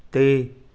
'ਤੇ